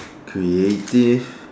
creative